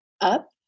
up